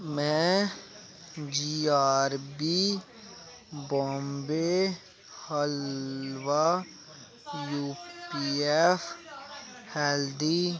में G R V Bombay halwa योपिएफ healthy